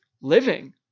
living